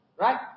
Right